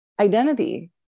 identity